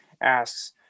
asks